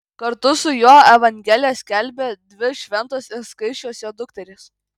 kartu su juo evangeliją skelbė dvi šventos ir skaisčios jo dukterys